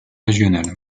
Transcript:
régionales